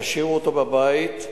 תשאירו אותו בבית,